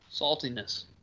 saltiness